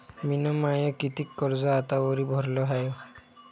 मिन माय कितीक कर्ज आतावरी भरलं हाय?